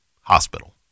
hospital